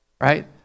right